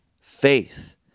Faith